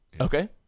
Okay